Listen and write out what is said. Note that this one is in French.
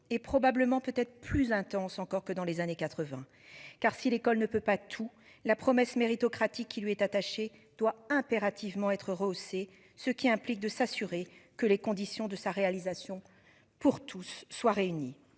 et probablement peut-être plus intense, encore que dans les années 80. Car si l'école ne peut pas tout, la promesse méritocratique qui lui est attachée doit impérativement être rehaussée. Ce qui implique de s'assurer que les conditions de sa réalisation pour tous soit réunies